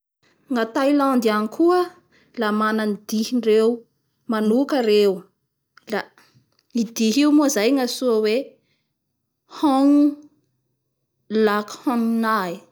Ny mampiavaky an'i Japon zany da tena hajaindreo ny olo. Da eo avao koa manja lera reo da andreo koa tena olo madio, da tena olo mahalala fomba koa.